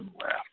left